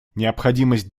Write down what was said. необходимость